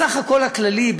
בסך הכול הכללי,